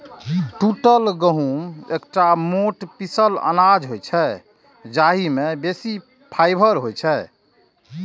टूटल गहूम एकटा मोट पीसल अनाज होइ छै, जाहि मे बेसी फाइबर होइ छै